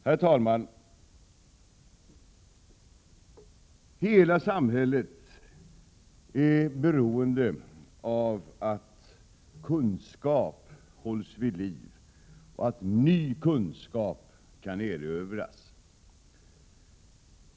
Herr talman! Hela samhället är beroende av att kunskap hålls vid liv och att ny kunskap kan erövras.